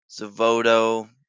Zavoto